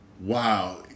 Wow